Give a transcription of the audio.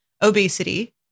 obesity